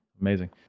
Amazing